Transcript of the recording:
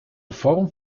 vorm